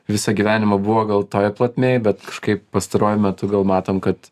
visą gyvenimą buvo gal toj plotmėj bet kažkaip pastaruoju metu gal matom kad